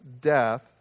death